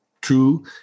true